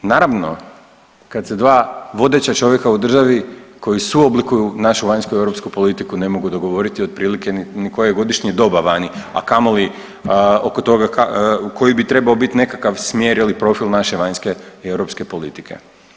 Naravno kad se dva vodeća čovjeka u državi koji suoblikuju našu vanjsku i europsku politiku ne mogu dogovoriti otprilike ni koje je godišnje doba vani, a kamoli oko toga koji bi treba biti nekakav smjer ili profil naše vanjske i europske politike.